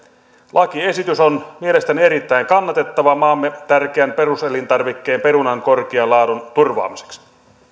lakiesitys on mielestäni erittäin kannatettava maamme tärkeän peruselintarvikkeen perunan korkean laadun turvaamiseksi